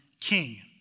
king